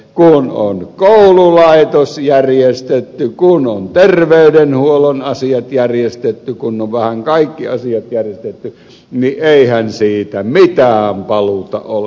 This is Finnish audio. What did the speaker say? kun on koululaitos järjestetty kun on terveydenhuollon asiat järjestetty kun on vähän kaikki asiat järjestetty niin eihän siitä mitään paluuta ole